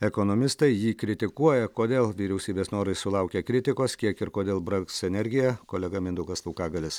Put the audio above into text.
ekonomistai jį kritikuoja kodėl vyriausybės norai sulaukia kritikos kiek ir kodėl brangs energija kolega mindaugas laukagalis